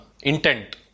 intent